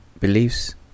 beliefs